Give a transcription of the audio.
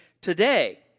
today